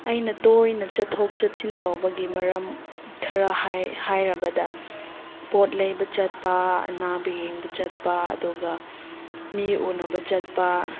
ꯑꯩꯅ ꯇꯣꯏꯅ ꯆꯠꯊꯣꯛ ꯆꯠꯁꯤꯟ ꯇꯧꯕꯒꯤ ꯃꯔꯝ ꯈꯔ ꯍꯥꯏꯔꯕꯗ ꯄꯣꯠ ꯂꯩꯕ ꯆꯠꯄ ꯑꯅꯥꯕ ꯌꯦꯡꯕ ꯆꯠꯄ ꯑꯗꯨꯒ ꯃꯤ ꯎꯟꯅꯕ ꯆꯠꯄ